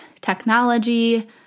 technology